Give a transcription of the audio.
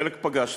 חלק פגשתי.